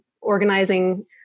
organizing